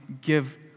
give